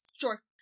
Sure